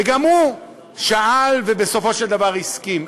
וגם הוא שאל, ובסופו של דבר הסכים.